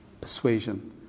persuasion